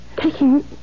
Taking